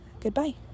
Goodbye